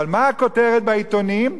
אבל מה הכותרת בעיתונים?